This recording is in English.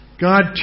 God